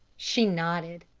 she nodded.